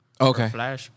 Okay